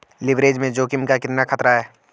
Leverage में जोखिम का कितना खतरा है?